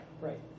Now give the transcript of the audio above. Right